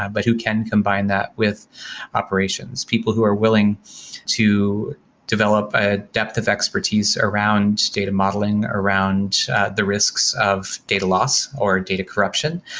but who can combine that with operations. people who are willing to develop a depth of expertise around state of modeling, around the risks of data loss or data corruption,